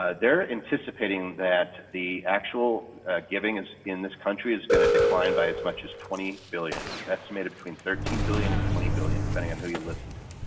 ah they're anticipating that the actual giving in this country is going to decline by as much as twenty billion. it's estimated between thirteen billion and twenty billion depending on who you listen to.